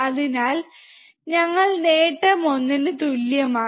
അതിനാൽ ഞങ്ങൾ നേട്ടം 1 ന് തുല്യമാണ്